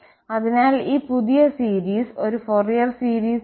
അതിനാൽ ഈ പുതിയ സീരീസ് ഒരു ഫോറിയർ സീരീസ് അല്ല